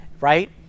right